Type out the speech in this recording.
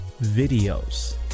videos